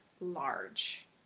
large